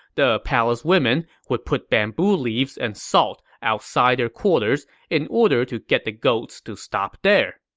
the palace women would put bamboo leaves and salt outside their quarters in order to get the goats to stop there.